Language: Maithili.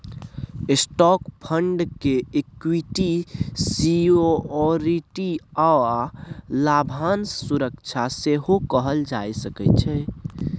स्टॉक फंड के इक्विटी सिक्योरिटी आ लाभांश सुरक्षा सेहो कहल जा सकइ छै